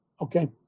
okay